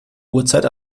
uhrzeit